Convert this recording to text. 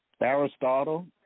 Aristotle